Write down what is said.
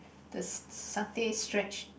the satay stretch